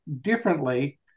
differently